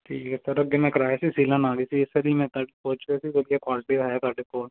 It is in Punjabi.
ਠੀਕ ਹੈ ਸਰ ਅੱਗੇ ਮੈਂ ਕਰਵਾਇਆ ਸੀ ਸੀਲਨ ਆ ਗਈ ਸੀ ਇਸ ਲਈ ਮੈਂ ਤੁਹਾਡੇ ਪੁੱਛ ਰਿਹਾ ਸੀ ਵਧੀਆ ਕੁਆਲਟੀ ਦਾ ਹੈ ਤੁਹਾਡੇ ਕੋਲ